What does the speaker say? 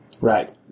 right